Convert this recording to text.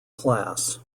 class